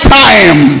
time